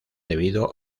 debido